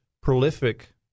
prolific